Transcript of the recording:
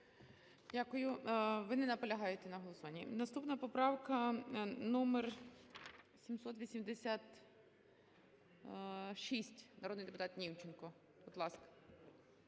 Дякую. Ви не наполягаєте на голосуванні. Наступна поправка - номер 786. Народний депутат Німченко, будь ласка.